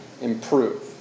improve